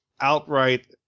outright